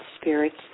Spirits